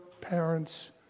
parents